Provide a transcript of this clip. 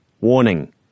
Warning